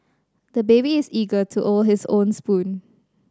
the baby is eager to our his own spoon